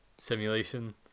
simulation